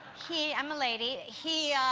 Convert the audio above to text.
he i'm a lady he